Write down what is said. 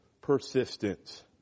persistence